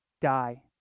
die